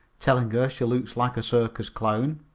telling her she looks like a circus clown.